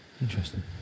Interesting